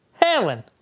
Helen